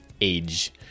age